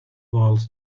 boils